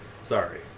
Sorry